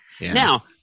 Now